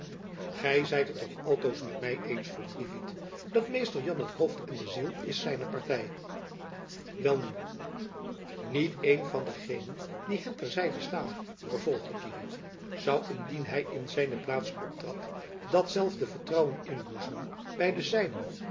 gy zijt het toch altoos met my eens vroeg kievit dat mr jan het hoofd en de ziel is zijner party wel nu niet een van degenen die hem ter zijde staan vervolgde kievit zoû indien hy in zijne plaats optrad datzelfde vertrouwen inboezemen by de zijnen